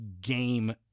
game